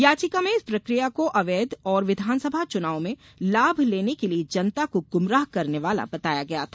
याचिका में इस प्रक्रिया को अवैध और विधानसभा चुनाव में लाभ लेने के लिए जनता को गुमराह करने वाला बताया था